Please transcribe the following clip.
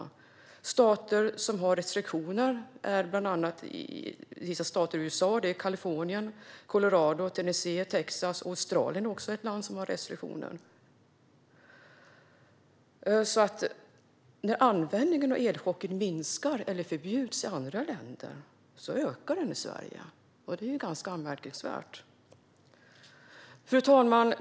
Vissa stater i USA har restriktioner: Kalifornien, Colorado, Tennessee och Texas. Även Australien har restriktioner. När användningen av elchocker minskar eller förbjuds i andra länder ökar den alltså i Sverige. Det är ganska anmärkningsvärt. Fru talman!